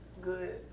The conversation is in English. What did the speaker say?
good